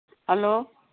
hello